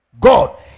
god